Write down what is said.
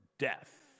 death